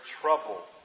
trouble